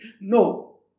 no